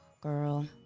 girl